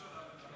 אינה נוכחת.